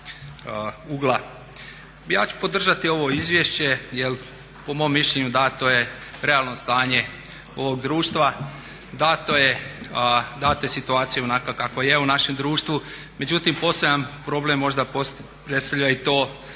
Ja ću podržati ovo izvješće jer po mom mišljenju dano je realno stanje ovog društva, dana je situacija onakva kakva je u našem društvu. Međutim, poseban problem možda predstavlja i to